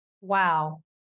Wow